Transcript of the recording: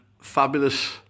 fabulous